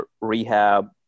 rehab